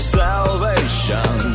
salvation